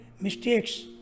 mistakes